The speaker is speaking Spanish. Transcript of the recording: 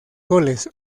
goles